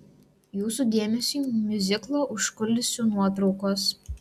jūsų dėmesiui miuziklo užkulisių nuotraukos